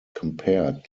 compared